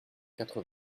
quatre